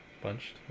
bunched